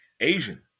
Asian